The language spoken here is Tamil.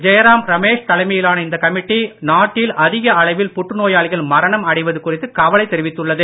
ஜெய்ராம் ரமேஷ் தலைமையிலான இந்த கமிட்டி நாட்டில் அதிக அளவில் புற்று நோயாளிகள் மரணம் அடைவது குறித்து கவலை தெரிவித்துள்ளது